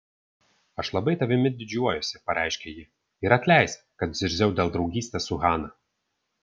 aš labai tavimi didžiuojuosi pareiškė ji ir atleisk kad zirziau dėl draugystės su hana